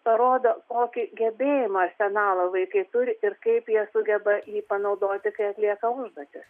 parodo kokį gebėjimų arsenalą vaikai turi ir kaip jie sugeba jį panaudoti kai atlieka užduotis